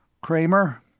Kramer